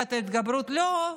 פסקת ההתגברות לא,